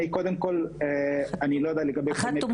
כן, שמעתי.